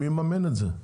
מי יממן את זה?